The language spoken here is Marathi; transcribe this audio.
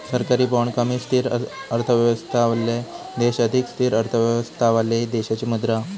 सरकारी बाँड कमी स्थिर अर्थव्यवस्थावाले देश अधिक स्थिर अर्थव्यवस्थावाले देशाची मुद्रा हा